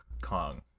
Kong